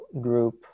group